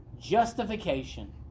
Justification